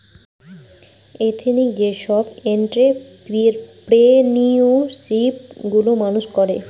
ethnic যেসব entrepreneurship গুলো মানুষ করে